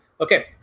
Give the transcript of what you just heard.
okay